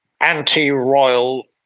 anti-royal